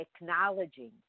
Acknowledging